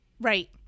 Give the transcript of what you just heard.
right